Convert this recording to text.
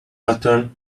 pattern